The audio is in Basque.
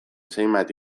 zenbait